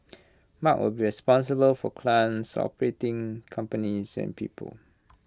mark will be responsible for clients operating companies and people